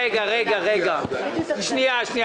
מרבית העודפים